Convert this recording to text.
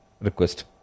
request